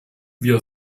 wir